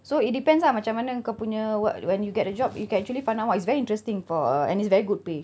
so it depends ah macam mana kau punya what when you get the job you can actually find out what it's very interesting for a and it's very good pay